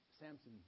Samson